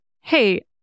hey